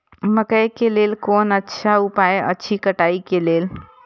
मकैय के लेल कोन अच्छा उपाय अछि कटाई के लेल?